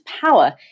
power